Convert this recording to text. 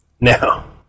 now